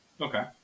Okay